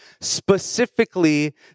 Specifically